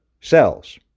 cells